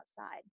outside